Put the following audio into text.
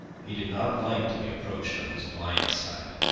he did not like to be approached on his blind side.